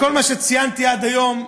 בכל מה שציינתי עד היום,